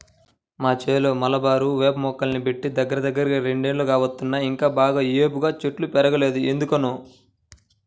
మా చేలో మలబారు వేప మొక్కల్ని బెట్టి దగ్గరదగ్గర రెండేళ్లు కావత్తన్నా ఇంకా బాగా ఏపుగా చెట్లు బెరగలేదు ఎందుకనో